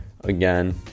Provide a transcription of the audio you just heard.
Again